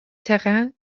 terrains